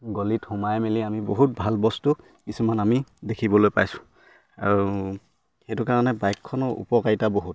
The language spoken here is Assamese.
গলিত সোমাই মেলি আমি বহুত ভাল বস্তু কিছুমান আমি দেখিবলৈ পাইছোঁ আৰু সেইটো কাৰণে বাইকখনৰ উপকাৰিতা বহুত